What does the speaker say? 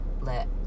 let